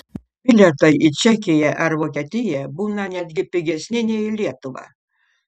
bilietai į čekiją ar vokietiją būna netgi pigesni nei į lietuvą